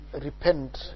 repent